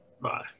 Bye